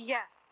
Yes